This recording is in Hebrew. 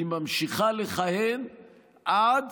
היא ממשיכה לכהן עד